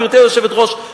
גברתי היושבת-ראש,